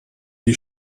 die